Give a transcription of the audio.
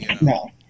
No